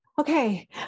okay